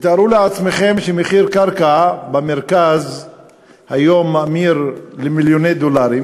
תתארו לעצמכם שמחיר קרקע במרכז היום מאמיר למיליוני דולרים,